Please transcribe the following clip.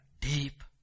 Deep